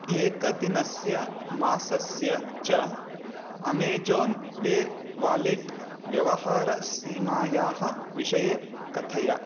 एकदिनस्य मासस्य च अमेज़न् पे वालेट् व्यवहारसीमायाः विषये कथय